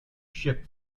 ship